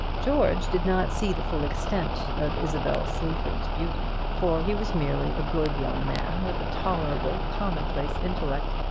george did not see the full extent of isabel sleaford's beauty, for he was merely a good young man, with a tolerable commonplace intellect,